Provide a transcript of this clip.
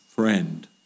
friend